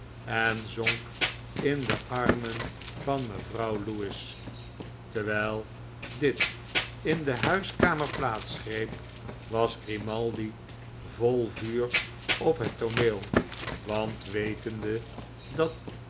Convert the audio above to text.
en zonk in de armen van mevrouw lewis terwijl dit in de huiskamer plaats greep was grimaldi vol vuur op het tooneel want wetende dat